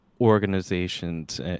organizations